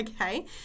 okay